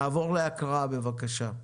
נעבור להקראה בבקשה.